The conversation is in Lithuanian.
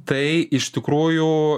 tai iš tikrųjų